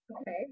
Okay